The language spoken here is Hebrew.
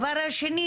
שנית,